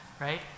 right